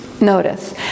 notice